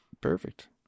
Perfect